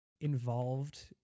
involved